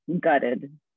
gutted